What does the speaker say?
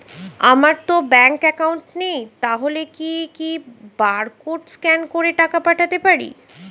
আমারতো bank account নেই তাহলে কি কি বারকোড স্ক্যান করে টাকা পাঠাতে পারি?